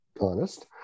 honest